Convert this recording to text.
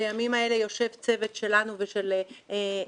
בימים האלה יושב צוות שלנו ושל ביטוח